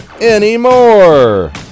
anymore